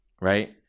right